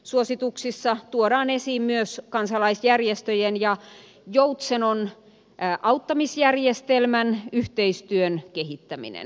suosituksissa tuodaan esiin myös kansalaisjärjestöjen ja joutsenon auttamisjärjestelmän yhteistyön kehittäminen